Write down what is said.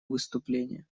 выступление